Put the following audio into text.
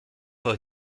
fois